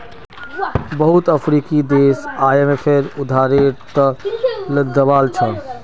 बहुत अफ्रीकी देश आईएमएफेर उधारेर त ल दबाल छ